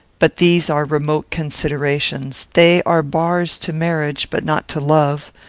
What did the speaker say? but these are remote considerations they are bars to marriage, but not to love.